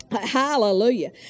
Hallelujah